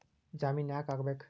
ಜಾಮಿನ್ ಯಾಕ್ ಆಗ್ಬೇಕು?